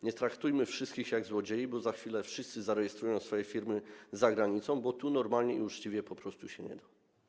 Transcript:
Nie traktujmy wszystkich jak złodziei, bo za chwilę wszyscy zarejestrują swoje firmy za granicą, bo tu normalnie i uczciwie po prostu się nie da.